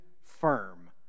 firm